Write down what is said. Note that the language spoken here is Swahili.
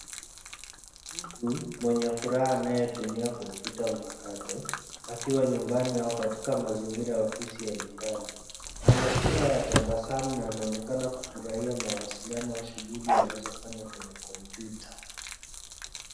Mtu mwenye furaha anayetumia kompyuta mpakato, akiwa nyumbani au katika mazingira ya ofisi ya nyumbani, ana sura ya tabasamu na anaonekana kufurahia mawasiliano au shughuli anazofanya kwenye kompyuta.